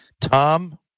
Tom